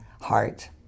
heart